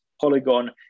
Polygon